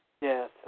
Yes